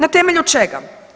Na temelju čega?